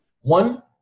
One